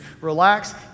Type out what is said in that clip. Relax